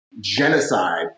genocide